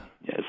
Yes